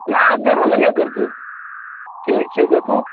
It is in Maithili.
नहि देबो नहिए करतै ठीक छै देखू